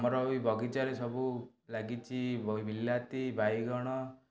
ଆମର ବି ବଗିଚାରେ ସବୁ ଲାଗିଛି ବିଲାତି ବାଇଗଣ